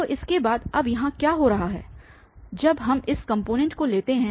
तो इसके बाद अब यहाँ क्या हो रहा है जब हम इस कॉम्पोनेंट को लेते हैं